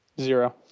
zero